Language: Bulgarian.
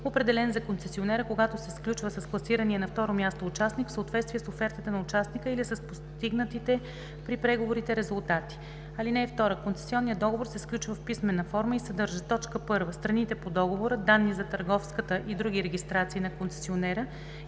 определен за концесионер, а когато се сключва с класирания на второ място участник – в съответствие с офертата на участника или с постигнатите при преговорите резултати. (2) Концесионният договор се сключва в писмена форма и съдържа: 1. страните по договора, данни за търговската и други регистрации на концесионера